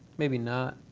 maybe not.